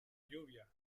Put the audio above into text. lluvia